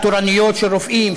תורנויות של רופאים,